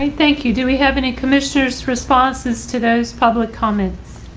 thank you. do we have any commissioners responses to those public comments?